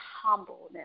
humbleness